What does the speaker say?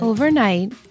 Overnight